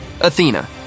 Athena